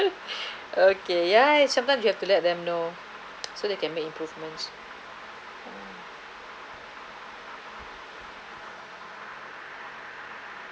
okay yeah if sometimes you have to let them know so they can make improvements